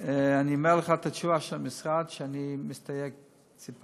גליל סכומי כסף גדולים